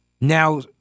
now